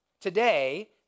today